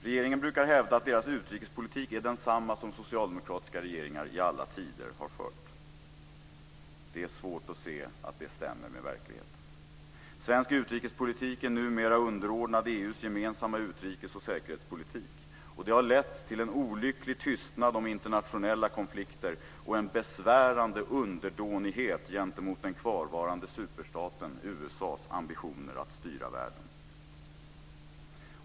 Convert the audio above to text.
Regeringen brukar hävda att deras utrikespolitik är densamma som socialdemokratiska regeringar i alla tider har fört. Det är svårt att se att det stämmer med verkligheten. Svensk utrikespolitik är numera underordnad EU:s gemensamma utrikesoch säkerhetspolitik, och det har lett till en olycklig tystnad om internationella konflikter och en besvärande underdånighet gentemot den kvarvarande superstaten USA:s ambitioner att styra världen.